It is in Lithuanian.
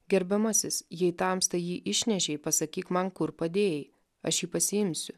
gerbiamasis jei tamsta jį išnešei pasakyk man kur padėjai aš jį pasiimsiu